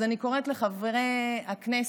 אז אני קוראת לחברי הכנסת,